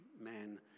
man